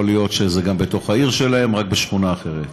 להיות גם בתוך העיר שלהם רק בשכונה אחרת.